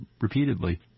repeatedly